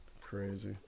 crazy